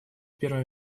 первом